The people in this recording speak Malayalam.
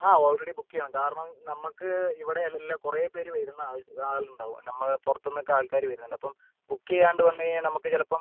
ആ ഓൾറെഡി ബുക്ക് ചെയ്യണം കാരണം നമുക്ക് ഇവിടെ അല്ല കുറേ പേർ വരുന്ന ആൾ ആൾ ഉണ്ടാവും നമ്മൾ പുറത്തുനിന്ന് ഒക്കെ ആൾക്കാർ വരുന്നുണ്ട് അപ്പം ബുക്ക് ചെയ്യാണ്ടെ വന്ന് കഴിഞ്ഞാൽ നമുക്ക് ചിലപ്പം